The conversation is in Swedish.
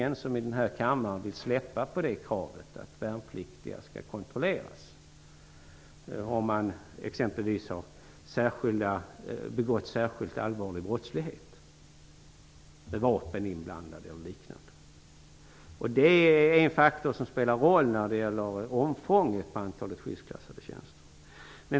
Det är nog ingen här i kammaren som vill släppa på kravet att värnpliktiga skall kontrolleras, exempelvis med avseende på om de har begått särskilt allvarliga brott med vapen inblandade och liknande. Detta är en faktor som spelar roll när det gäller omfånget på antalet skyddsklassade tjänster.